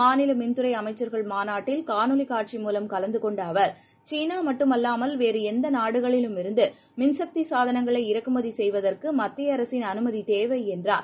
மாநிலமின் துறைஅமைச்சர்கள் மாநாட்டில் காணொளிகாட்சி மூலம் கலந்துகொண்டஅவர் சீனாமட்டுமல்லாமல் வேறுஎந்தநாடுகளிலுமிருந்துமின் சக்திசானங்களை இறக்குமதிசெய்வதற்குமத்தியஅரசின் அனுமதிதேவைஎன்றார்